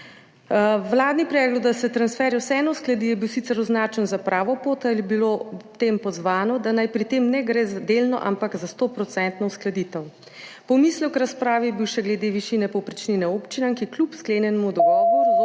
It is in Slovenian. Vladni predlog, da se transferje vseeno uskladi, je bil sicer označen za pravo pot, a je bilo ob tem pozvano, da naj pri tem ne gre za delno, ampak za 100-odstotno uskladitev. Pomislek razprave je bil še glede višine povprečnine občinam, ki kljub sklenjenemu dogovoru z